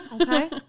Okay